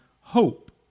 hope